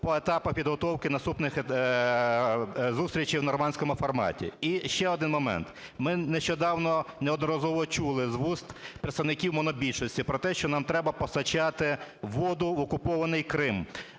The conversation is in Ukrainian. по етапах підготовки наступних зустрічей в "нормандському форматі". І ще один момент. Ми нещодавно неодноразово чули з вуст представників монобільшості про те, що нам треба постачати воду в окупований Крим.